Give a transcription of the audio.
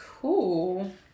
Cool